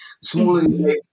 smaller